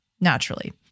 naturally